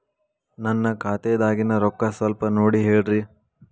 ನನ್ನ ಖಾತೆದಾಗಿನ ರೊಕ್ಕ ಸ್ವಲ್ಪ ನೋಡಿ ಹೇಳ್ರಿ